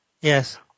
Yes